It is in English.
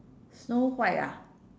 snow white ah